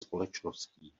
společností